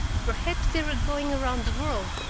perhaps they were going around the world,